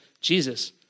Jesus